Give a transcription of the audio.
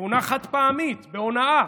תאונה חד-פעמית, בהונאה.